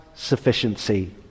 Sufficiency